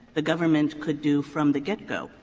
the government could do from the get-go,